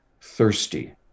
thirsty